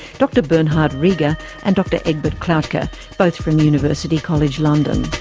dr bernhard rieger and dr egbert klautke both from university college london.